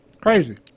Crazy